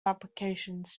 applications